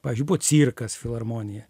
pavyzdžiui buvo cirkas filharmonija